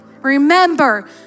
Remember